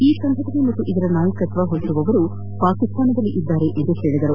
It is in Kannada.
ಈ ಸಂಘಟನೆ ಹಾಗೂ ಇದರ ನಾಯಕತ್ವ ಹೊಂದಿರುವವರು ಪಾಕಿಸ್ತಾನದಲ್ಲಿದ್ದಾರೆ ಎಂದು ಹೇಳಿದ್ದಾರೆ